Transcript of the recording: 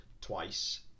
twice